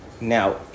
Now